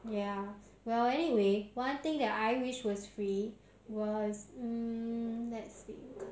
ya well anyway one thing that I wish was free was mm let's see